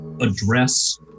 address